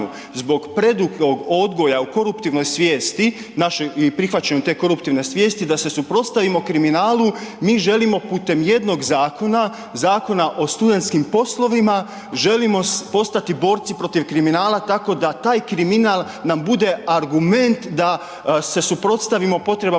zbog predugog odgoja u koruptivnoj svijesti i prihvaćanju te koruptivne svijesti, da se suprotstavimo kriminalu, mi želimo putem jednog zakona, Zakona o studentskim poslovima, želimo postati borci protiv kriminala tako da taj kriminal nam bude argument da se suprotstavimo potrebama